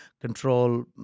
control